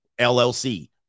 LLC